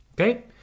okay